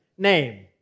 name